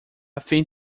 thing